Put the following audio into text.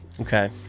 okay